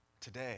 today